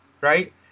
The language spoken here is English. right